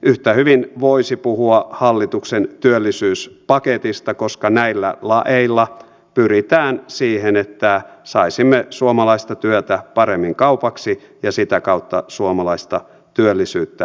yhtä hyvin voisi puhua hallituksen työllisyyspaketista koska näillä laeilla pyritään siihen että saisimme suomalaista työtä paremmin kaupaksi ja sitä kautta suomalaista työllisyyttä paranemaan